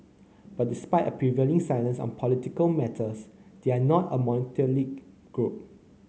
but despite a prevailing silence on political matters they are not a monolithic group